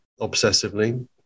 obsessively